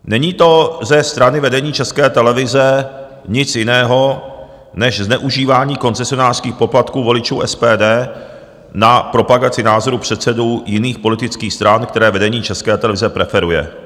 Není to ze strany vedení České televize nic jiného než zneužívání koncesionářských poplatků voličů SPD na propagaci názorů předsedů jiných politických stran, které vedení České televize preferuje.